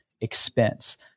expense